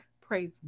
Praise